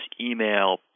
email